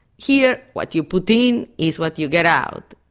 here, what you put in is what you get out.